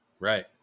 Right